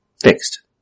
Fixed